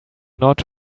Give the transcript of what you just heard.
not